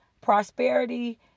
prosperity